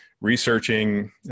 researching